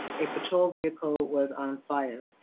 a patrol vehicle was on fire.